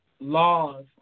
laws